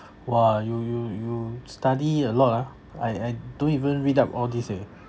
!wah! you you you study a lot ah I I don't even read up all these eh